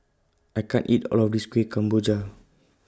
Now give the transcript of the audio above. I can't eat All of This Kuih Kemboja